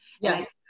Yes